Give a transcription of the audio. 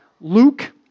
Luke